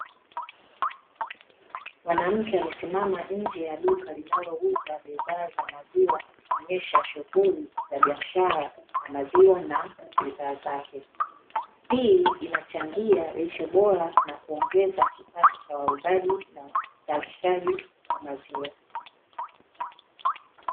Mwanamke amesimama nje ya duka linalouza bidhaa za maziwa, akionyesha shughuli za biashara ya maziwa na bidhaa zake. Hii inachangia lishe bora, na kuongeza kipato cha wauzaji, na wazalishaji wa maziwa.